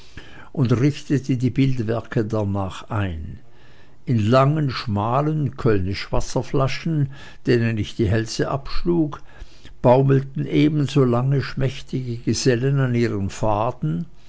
und richtete die bildwerke darnach ein in langen schmalen kölnischwasserflaschen denen ich die hälse abschlug baumelten ebenso lange schmächtige gesellen an ihrem faden